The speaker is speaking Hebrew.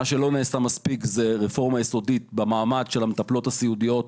מה שלא נעשה מספיק זו רפורמה יסודית במעמד המטפלות הסיעודיות,